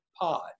pod